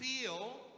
feel